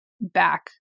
back